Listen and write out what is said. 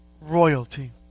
Royalty